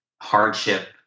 hardship